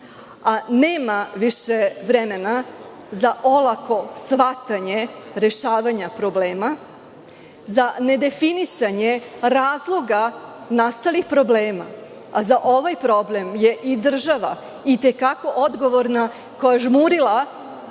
Nema više vremena za olako shvatanje rešavanja problema, za nedefinisanje razloga nastalih problema, a za ovaj problem je i država i te kako odgovorna, koja je žmurila